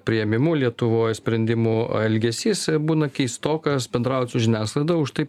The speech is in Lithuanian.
priėmimu lietuvoj sprendimų elgesys būna keistokas bendraujant su žiniasklaida užtai